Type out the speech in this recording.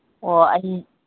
ꯑꯣ ꯑꯩ